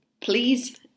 Please